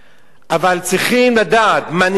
אבל צריכים לדעת: מנהיג,